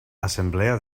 assemblea